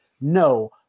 No